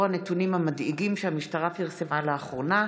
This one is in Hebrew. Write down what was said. בחברה הערבית לאור הנתונים המדאיגים שהמשטרה פרסמה לאחרונה.